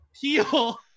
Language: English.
heal